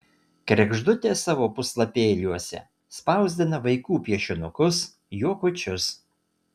kregždutė savo puslapėliuose spausdina vaikų piešinukus juokučius